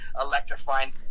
electrifying